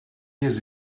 years